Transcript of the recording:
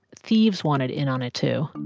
thieves wanted in on it, too.